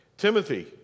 Timothy